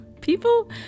People